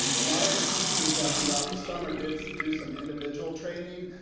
a lot of the teachers, ah throughout the summer, did so do some individual training.